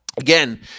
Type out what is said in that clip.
again